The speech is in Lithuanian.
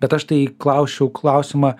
bet aš tai klausčiau klausimą